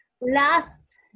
last